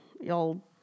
y'all